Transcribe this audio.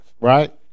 right